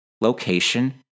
location